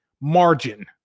margin